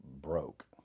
broke